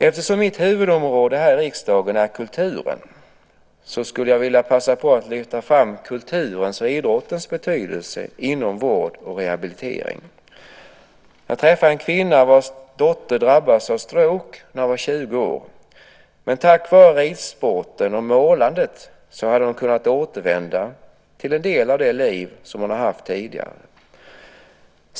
Eftersom mitt huvudområde här i riksdagen är kulturen skulle jag vilja passa på att lyfta fram kulturens och idrottens betydelse inom vård och rehabilitering. Jag träffade en kvinna vars dotter drabbades av stroke när hon var 20 år. Tack vare ridsporten och målandet hade hon kunnat återvända till en del av det liv som hon haft tidigare.